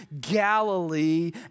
Galilee